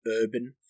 urban